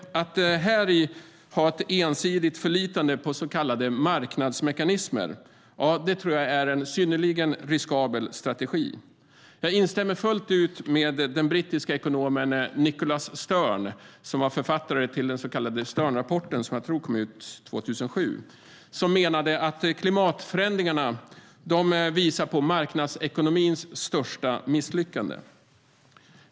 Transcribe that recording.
Att häri ensidigt förlita sig på så kallade marknadsmekanismer är en synnerligen riskabel strategi. Jag instämmer helt med den brittiske ekonomen Nicholas Stern, författare till den så kallade Sternrapporten som jag tror kom ut 2007, som menar att klimatförändringarna visar på marknadsekonomins största misslyckande.